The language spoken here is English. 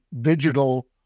digital